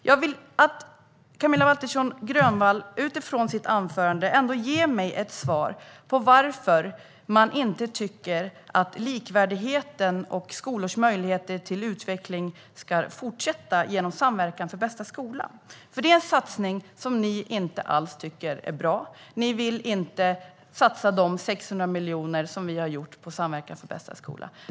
Jag vill att Camilla Waltersson Grönvall utifrån sitt anförande ger mig ett svar på varför man inte tycker att likvärdigheten och skolors möjligheter till utveckling ska fortsätta genom Samverkan för bästa skola. Det är en satsning som ni inte alls tycker är bra. Ni vill inte satsa de 600 miljoner som vi har lagt på Samverkan för bästa skola.